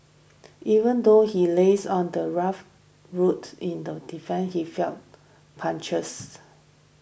even though he lays on the rough road in them defeat he felt punches